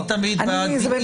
אני תמיד בעד התדיינות.